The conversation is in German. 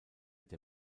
der